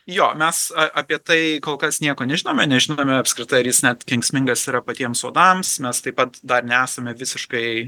jo mes apie tai kol kas nieko nežinome nežinome apskritai ar jis net kenksmingas yra patiems uodams mes taip pat dar nesame visiškai